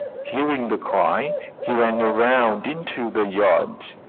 hearing the cry he ran around into the yard.